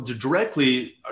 directly